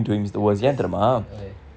cause okay